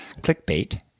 Clickbait